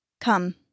Come